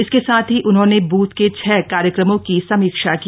इसके साथ ही उन्होंने बूथ के छह कार्यक्रमों की समीक्षा की